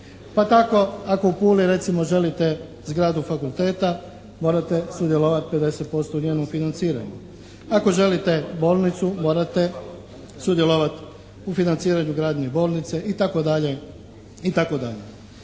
Pa tako, ako u Puli recimo želite zgradu fakulteta morate sudjelovati 50% u njenom financiranju, ako želite bolnicu morate sudjelovati u financiranju gradnje bolnice itd.